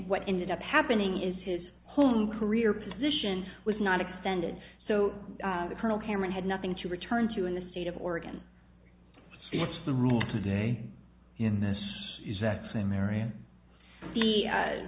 what ended up happening is his home career position was not extended so the colonel herron had nothing to return to in the state of oregon it's the rule today in this is that same area